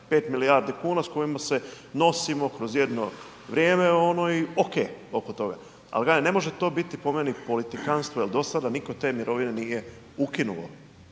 5 milijardi kuna s kojima se nosimo kroz jedno vrijeme i okej oko toga, al kažem, ne može to biti po meni politikanstvo jel do sada nitko te mirovine nije ukinuo,